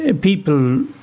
people